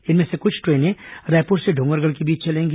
इनमें से कुछ ट्रेनें रायपुर से डोंगरगढ़ के बीच चलेंगी